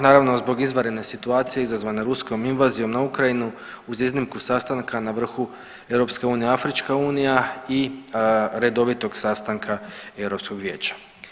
Naravno zbog izvanredne situacije izazvane ruskom invazijom na Ukrajinu uz iznimku sastanka na vrhu EU Afrička unija i redovitog sastanka Europskog vijeća.